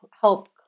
help